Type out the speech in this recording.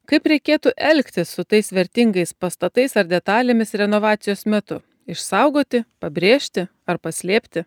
kaip reikėtų elgtis su tais vertingais pastatais ar detalėmis renovacijos metu išsaugoti pabrėžti ar paslėpti